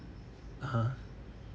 (uh huh)